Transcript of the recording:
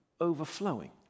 overflowing